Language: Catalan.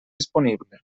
disponible